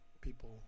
people